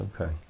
okay